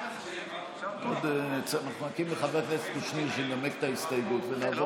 אנחנו מחכים לחבר הכנסת קושניר שינמק את ההסתייגות ונעבור